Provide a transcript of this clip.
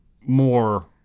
more